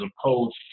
opposed